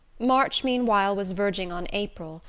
march, meanwhile, was verging on april,